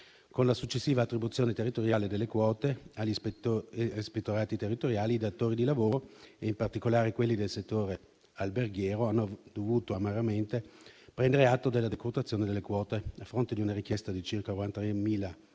Con la successiva attribuzione territoriale delle quote agli ispettorati territoriali, i datori di lavoro, in particolare quelli del settore alberghiero, hanno dovuto amaramente prendere atto della decurtazione delle quote. A fronte di una richiesta di circa 40.000